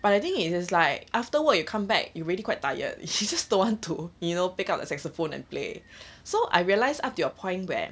but I think it's just like after work you come back you really quite tired you just don't want to you know pick up the saxophone and play so I realised up to a point where